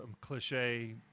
cliche